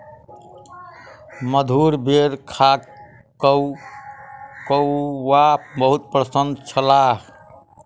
मधुर बेर खा कअ ओ बहुत प्रसन्न छलाह